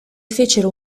fecero